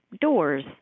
doors